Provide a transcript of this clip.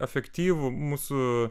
efektyvų mūsų